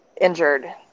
injured